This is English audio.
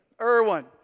Irwin